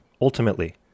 Ultimately